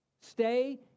Stay